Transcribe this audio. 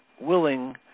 willing